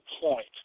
point